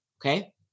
Okay